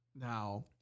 Now